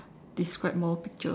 describe more picture